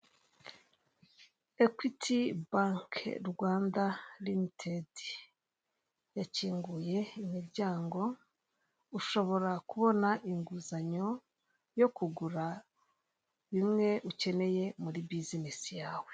Ekwiti bake Rwanda rimitedi, yakinguye imiryango, ushobora kubona inguzanyo yo kugura bimwe ukeneye muri bizinesi yawe.